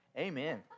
Amen